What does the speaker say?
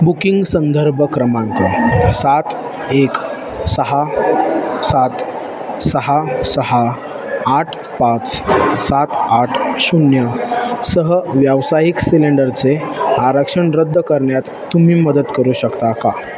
booking संदर्भ क्रमांक सात एक सहा सात सहा सहा आठ पाच सात आठ शून्य सह व्यावसायिक सिलेंडरचे आरक्षण रद्द करण्यात तुम्ही मदत करू शकता का